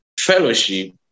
fellowship